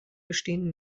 bestehen